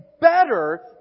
better